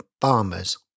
farmers